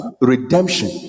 redemption